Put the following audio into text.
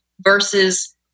versus